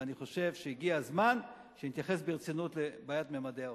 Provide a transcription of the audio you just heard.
ואני חושב שהגיע הזמן שנתייחס ברצינות לבעיית ממדי העוני.